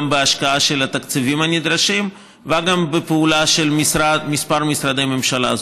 גם בהשקעה של התקציבים הנדרשים וגם בפעולה של כמה משרדי ממשלה.